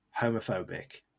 homophobic